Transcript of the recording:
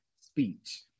speech